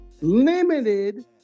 limited